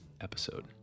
episode